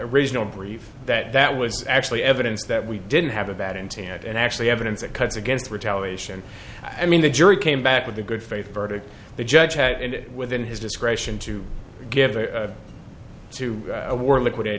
original brief that that was actually evidence that we didn't have a bad intent and actually evidence that cuts against retaliation i mean the jury came back with a good faith verdict the judge had it within his discretion to give it to a war liquidate